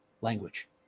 language